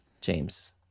James